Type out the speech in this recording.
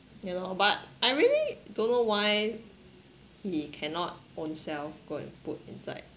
ya lor but I really don't know why he cannot own self go and put inside